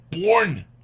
born